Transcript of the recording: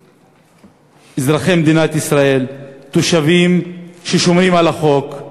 אזרחי מדינת ישראל, תושבים ששומרים על החוק,